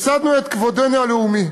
הפסדנו את כבודנו הלאומי.